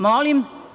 Molim?